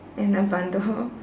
in a bundle